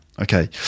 Okay